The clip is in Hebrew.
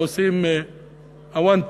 ועושים "עוונטה".